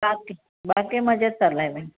बाकी बाकी मजेत चाललंय ना